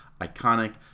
iconic